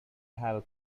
have